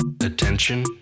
Attention